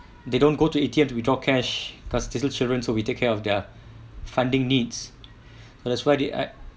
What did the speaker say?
they don't go to A_T_M to withdraw cash because little children so we take care of their funding needs so that's why they act~